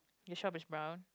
the shop is brown